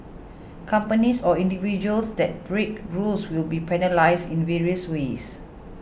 companies or individuals that break rules will be penalised in various ways